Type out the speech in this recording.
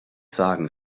sagen